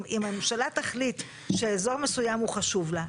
אם הממשלה תחליט שאזור מסוים הוא חשוב לה,